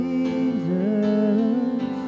Jesus